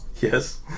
Yes